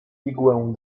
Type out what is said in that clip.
igłę